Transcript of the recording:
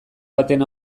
baten